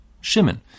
Shimon